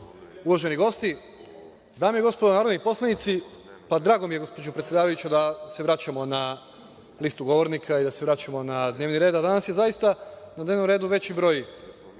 uvaženi gosti, dame i gospodo narodni poslanici. Drago mi je gospođo predsedavajuća da se vraćamo na listu govornika i da se vraćamo na dnevni red. Danas je zaista na dnevnom redu veći broj